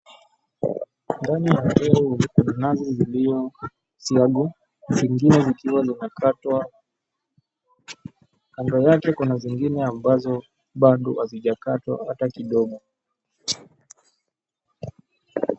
Ndani ya teo ni nazi ziliyosiagwa, zingine zikiwa zimekatwa. Kando yake kuna zingine ambazo bado hazijakatwa hata kidogo.